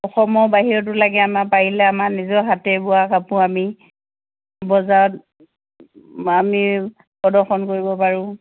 অসমৰ বাহিৰতো লাগে আমাৰ পাৰিলে আমাৰ নিজৰ হাতে বোৱা কাপোৰ আমি বজাৰত আমি প্ৰদৰ্শন কৰিব পাৰোঁ